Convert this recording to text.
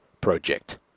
Project